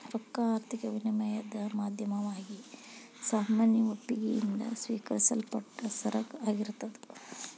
ರೊಕ್ಕಾ ಆರ್ಥಿಕ ವಿನಿಮಯದ್ ಮಾಧ್ಯಮವಾಗಿ ಸಾಮಾನ್ಯ ಒಪ್ಪಿಗಿ ಯಿಂದ ಸ್ವೇಕರಿಸಲ್ಪಟ್ಟ ಸರಕ ಆಗಿರ್ತದ್